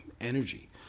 energy